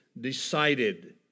decided